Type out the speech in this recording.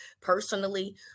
personally